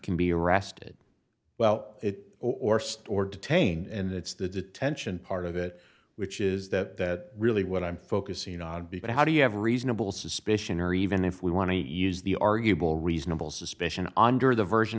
can be arrested well it or store detain and it's the detention part of it which is that really what i'm focusing on be but how do you have reasonable suspicion or even if we want to eat is the arguable reasonable suspicion under the version